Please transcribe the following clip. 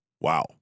Wow